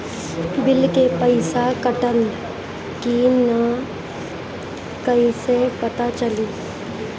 Bill के पइसा कटल कि न कइसे पता चलि?